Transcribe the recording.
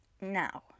Now